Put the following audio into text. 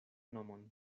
nomon